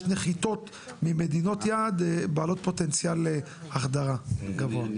נחיתות ממדינות יעד בעלות פוטנציאל החדרה גבוה.